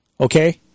Okay